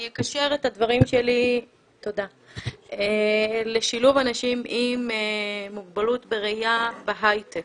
אני אקשר את הדברים שלי לשילוב אנשים עם מוגבלות בראייה בהייטק,